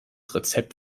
rezept